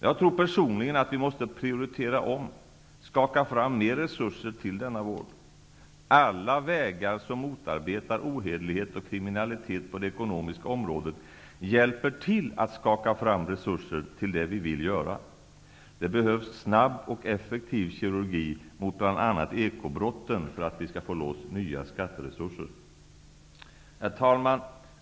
Jag tror personligen att vi måste prioritera om, skaka fram mer resurser till denna vård. Alla vägar som motarbetar ohederlighet och kriminalitet på det ekonomiska området hjälper till att skaka fram resurser till det vi vill göra. Det behövs snabb och effektiv kirurgi mot bl.a. ekobrotten för att vi skall få loss nya skatteresurser.